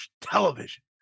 television